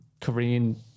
Korean